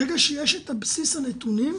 ברגע שיש את בסיס הנתונים,